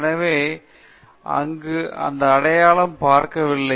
எனவே அங்கு எந்த அடையாளம் பார்க்கவில்லை